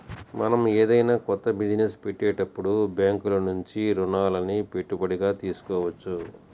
మనం ఏదైనా కొత్త బిజినెస్ పెట్టేటప్పుడు బ్యేంకుల నుంచి రుణాలని పెట్టుబడిగా తీసుకోవచ్చు